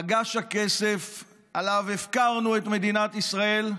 מגש הכסף שעליו הפקרנו את מדינת ישראל הוא